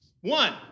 One